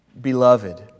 Beloved